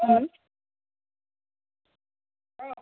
হ্যাঁ